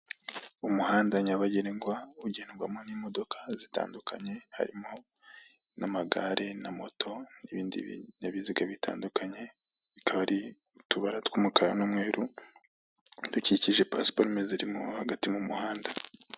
Umuhanda nyabagendwa ugendwamo n'imodoka zitandukanye harimo n'amagare na moto n'ibindi binyabiziga bitandukanye, bikaba ari utubara tw'umukara n'umweru dukikije pasiparumu zirimo hagati mu muhanda.